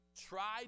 try